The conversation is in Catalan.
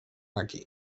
aquí